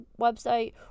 website